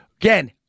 Again